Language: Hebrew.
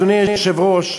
אדוני היושב-ראש,